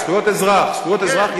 זכויות האזרח.